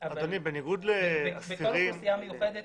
בניגוד לחיילים